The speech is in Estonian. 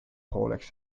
hooleks